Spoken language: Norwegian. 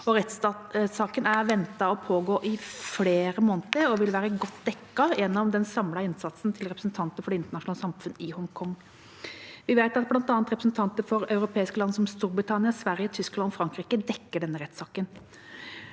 Rettssaken er ventet å pågå i flere måneder og vil være godt dekket gjennom den samlede innsatsen til representanter for det internasjonale samfunn i Hongkong. Vi vet at bl.a. representanter for europeiske land som Storbritannia, Sverige, Tyskland og Frankrike dekker denne rettssaken.